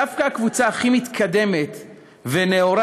דווקא הקבוצה הכי מתקדמת ונאורה,